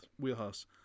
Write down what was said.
wheelhouse